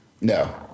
no